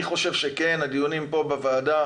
אני חושב שהדיונים פה בוועדה